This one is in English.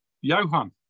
Johan